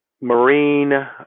Marine